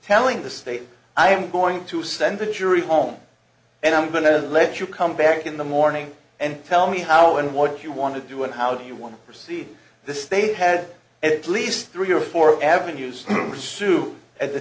telling the state i am going to send the jury home and i'm going to let you come back in the morning and tell me how and what you want to do and how do you want to proceed the state had at least three or four avenues pursue at the